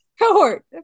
cohort